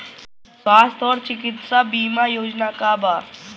स्वस्थ और चिकित्सा बीमा योजना का बा?